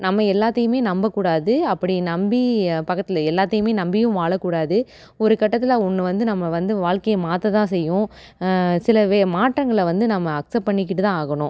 நம்ம எல்லாத்தையுமே நம்மக் கூடாது அப்படி நம்பி பக்கத்தில் எல்லாத்தையுமே நம்பியும் வாழக் கூடாது ஒரு கட்டத்தில் ஒன்று வந்து நம்ம வந்து வாழ்க்கையை மாற்றதான் செய்யும் சில வே மாற்றங்களை வந்து நம்ம அக்சப்ட் பண்ணிக்கிட்டு தான் ஆகணும்